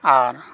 ᱟᱨ